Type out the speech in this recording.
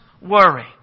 worry